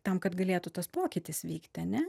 tam kad galėtų tas pokytis vykti ane